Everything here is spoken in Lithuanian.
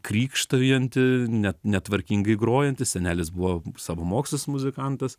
krykštaujantį ne netvarkingai grojantį senelis buvo savamokslis muzikantas